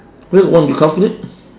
where got one you calculate